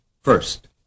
First